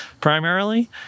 primarily